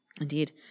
Indeed